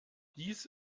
dies